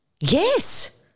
Yes